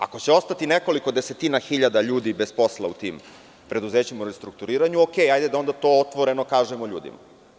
Ako će ostati nekoliko desetina hiljada ljudi bez posla u tim preduzećima u restrukturiranju, hajde da to otvoreno kažemo ljudima.